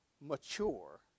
mature